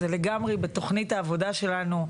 זה לגמרי בתוכנית העבודה שלנו,